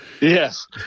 Yes